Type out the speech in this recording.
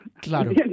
Claro